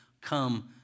come